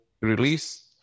release